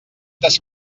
des